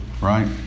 Right